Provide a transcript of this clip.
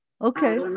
okay